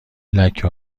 لکه